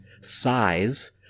size